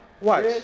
watch